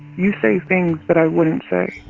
you say things that i wouldn't say.